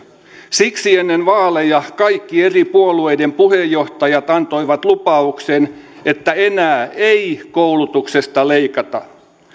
siksi ennen vaaleja kaikki eri puolueiden puheenjohtajat antoivat lupauksen että enää ei koulutuksesta leikata